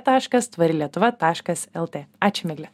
taškas tvari lietuva taškas lt ačiū migle